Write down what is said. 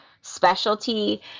specialty